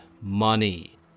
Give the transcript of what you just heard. money